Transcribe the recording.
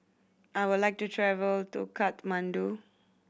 I would like to travel to Kathmandu